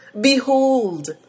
behold